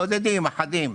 בודדים אחדים.